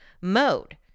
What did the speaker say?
mode